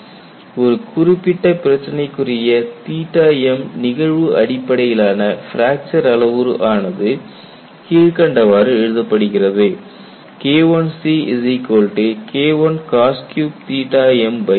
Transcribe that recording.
ஒரு குறிப்பிட்ட பிரச்சினைக்குரிய m நிகழ்வு அடிப்படையிலான பிராக்சர் அளவுரு ஆனது கீழ்க்கண்டவாறு எழுதப்படுகிறது